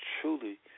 truly